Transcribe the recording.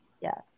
yes